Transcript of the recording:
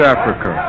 Africa